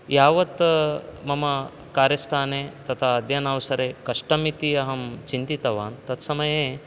यावत् मम कार्यस्थाने तथा अध्ययनावसरे कष्टमिति अहं चिन्तितवान् तत्समये